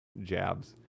jabs